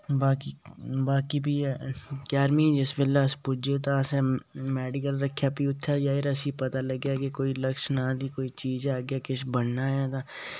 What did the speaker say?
बाकि बाकि फ्ही ग्यारह्मीं जिससै अस पुज्जे तां असें मैडिकल रक्खेआ फ्ही उत्थै जाइयै असें पता लग्गेआ कोई लक्ष्य नांऽ दी कोई चीज ऐ अग्गै किश बनना ऐ तां